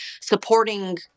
supporting